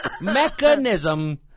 Mechanism